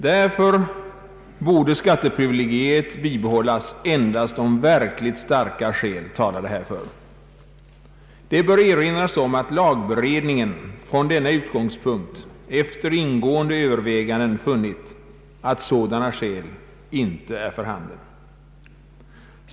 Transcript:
Därför borde skatteprivilegiet bibehållas endast om verkligt starka skäl talade härför. Det bör erinras om att lagberedningen från denna utgångspunkt efter ingående överväganden funnit att sådana skäl inte är för handen.